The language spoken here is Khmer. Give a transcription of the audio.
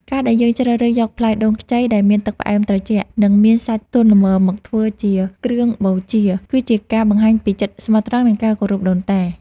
ការដែលយើងជ្រើសរើសយកផ្លែដូងខ្ចីដែលមានទឹកផ្អែមត្រជាក់ និងមានសាច់ទន់ល្មមមកធ្វើជាគ្រឿងបូជា គឺជាការបង្ហាញពីចិត្តស្មោះត្រង់ និងការគោរពដូនតា។